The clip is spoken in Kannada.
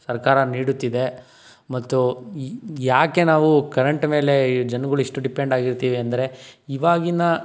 ಸರ್ಕಾರ ನೀಡುತ್ತಿದೆ ಮತ್ತು ಈ ಯಾಕೆ ನಾವು ಕರೆಂಟ್ ಮೇಲೆ ಈ ಜನಗಳಿಷ್ಟು ಡಿಪೆಂಡ್ ಆಗಿರ್ತೀವಿ ಅಂದರೆ ಇವಾಗಿನ